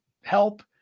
help